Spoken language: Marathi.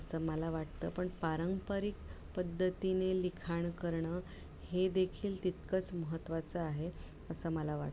असं मला वाटतं पण पारंपरिक पद्धतीने लिखाण करणं हे देखील तितकंच महत्वाचं आहे असं मला वाटतं